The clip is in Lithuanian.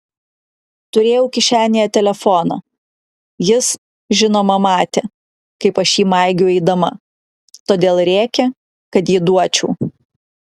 turėjau kišenėje telefoną jis žinoma matė kaip aš jį maigiau eidama todėl rėkė kad jį duočiau